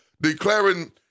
declaring